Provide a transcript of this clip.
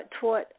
taught